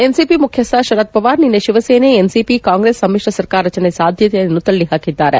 NCP ಮುಖ್ಯಸ್ವ ಶರದ್ ಪವಾರ್ ನಿನ್ನೆ Shiv Sena NCP Congress ಸಮ್ನಿತ್ರ ಸರ್ಕಾರ ರಚನೆ ಸಾಧ್ಣತೆಯನ್ನು ತಳ್ಳಹಾಕಿದ್ದಾರೆ